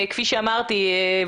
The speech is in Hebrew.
כפי שאמרתי,